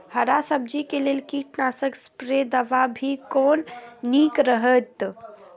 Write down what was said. हरा सब्जी के लेल कीट नाशक स्प्रै दवा भी कोन नीक रहैत?